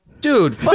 dude